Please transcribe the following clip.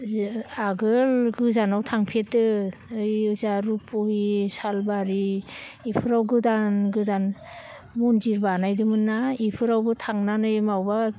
आगोल गोजानाव थांफेरदों बैजा रुप'हि सालबारि बेफोराव गोदान गोदान मन्दिर बानायदोंमोनना बेफोरावबो थांनानै बहाबा